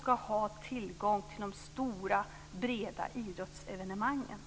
skall ha tillgång till de stora, breda idrottsevenemangen.